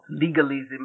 legalism